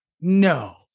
No